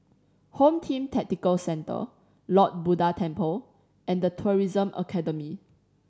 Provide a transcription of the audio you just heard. Home Team Tactical Centre Lord Buddha Temple and The Tourism Academy